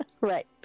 right